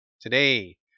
Today